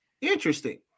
interesting